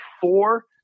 four